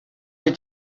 est